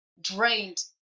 drained